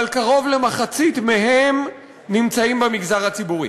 אבל קרוב למחצית מהם נמצאים במגזר הציבורי: